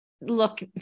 look